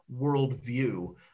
worldview